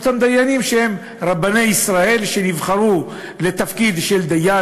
אלה אותם דיינים שהם רבני ישראל שנבחרו לתפקיד של דיין,